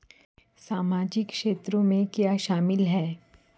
सामाजिक क्षेत्र में क्या शामिल है?